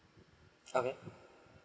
okay